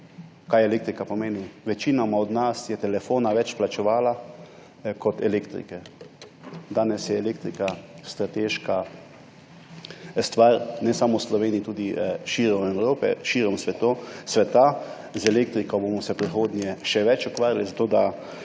elektrika. Večina nas je za telefon več plačevala kot za elektriko. Danes je elektrika strateška stvar ne samo v Sloveniji, tudi širom Evrope, širom sveta. Z elektriko se bomo v prihodnje še več ukvarjali, zato vsa